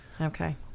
Okay